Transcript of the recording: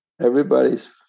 Everybody's